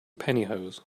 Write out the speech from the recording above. pantyhose